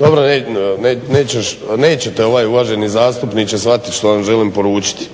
ovaj, nećete ovaj uvaženi zastupniče znati što vam želim poručiti.